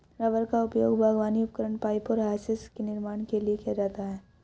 rubber का उपयोग बागवानी उपकरण, पाइप और होसेस के निर्माण के लिए किया जाता है